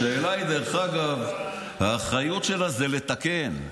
השאלה היא: האחריות שלה זה לתקן,